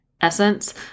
essence